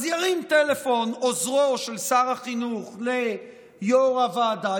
אז ירים טלפון עוזרו של שר החינוך ליו"ר הוועדה,